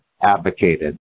advocated